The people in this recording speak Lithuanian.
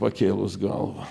pakėlus galvą